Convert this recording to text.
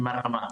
עם הרמה,